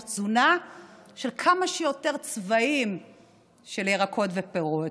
תזונה של כמה שיותר צבעים של ירקות ופירות.